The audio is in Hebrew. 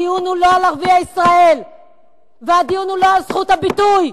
הדיון הוא לא על ערביי ישראל והדיון הוא לא על זכות הביטוי.